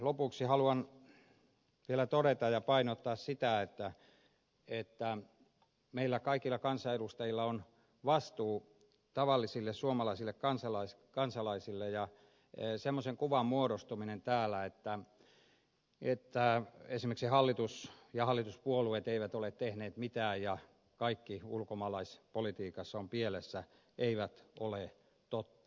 lopuksi haluan vielä todeta ja painottaa sitä että meillä kaikilla kansanedustajilla on vastuu tavallisille suomalaisille kansalaisille ja semmoisen kuvan muodostuminen täällä että esimerkiksi hallitus ja hallituspuolueet eivät ole tehneet mitään ja kaikki ulkomaalaispolitiikassa on pielessä ei ole totta